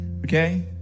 okay